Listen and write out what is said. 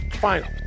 final